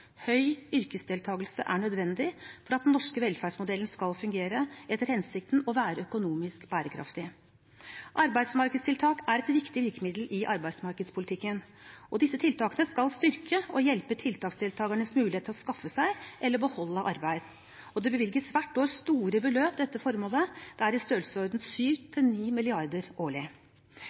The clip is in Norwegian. Høy yrkesdeltagelse er nødvendig for at den norske velferdsmodellen skal fungere etter hensikten og være økonomisk bærekraftig. Arbeidsmarkedstiltak er et viktig virkemiddel i arbeidsmarkedspolitikken, og disse tiltakene skal styrke og hjelpe tiltaksdeltagernes mulighet til å skaffe seg eller beholde arbeid. Det bevilges hvert år store beløp til dette formålet, i størrelsesordenen 7–9 mrd. kr årlig. Derfor er det nedslående å lese funn i